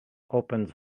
opens